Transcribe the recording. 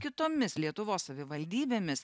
kitomis lietuvos savivaldybėmis